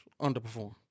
underperform